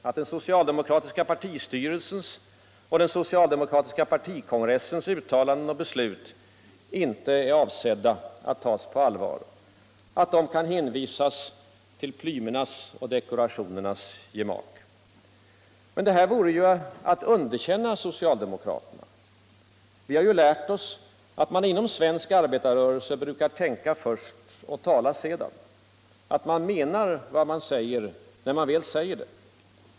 Att den socialdemokratiska partistyrelsens och den socialdemokratiska partikongressens uttalanden och beslut inte är avsedda att tas på allvar. Att de kan hänvisas till plymernas och dekorationernas gemak. Men detta vore att underkänna socialdemokraterna. Vi har lärt oss att man inom svensk arbetarrörelse brukar tänka först och tala sedan. Att man menar vad man säger, när man väl säger det.